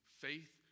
faith